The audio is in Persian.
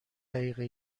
دقیقه